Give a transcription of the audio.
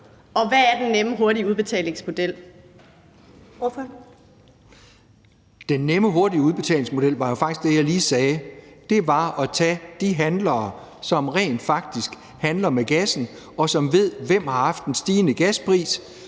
Ordføreren. Kl. 14:04 Carsten Kissmeyer (V): Den nemme, hurtige udbetalingsmodel var jo faktisk det, jeg lige sagde. Det var at tage de gashandlere, som rent faktisk handler med gassen, og som ved, hvem der har haft en stigende gaspris.